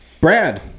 Brad